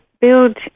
build